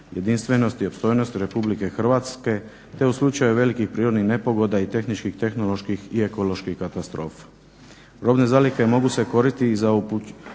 jedinstvenosti i opstojnosti Republike Hrvatske, te u slučaju velikih prirodnih nepogoda, i tehničkih, tehnoloških i ekoloških katastrofa. Robne zalihe mogu se koristiti i za upućivanje